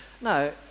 No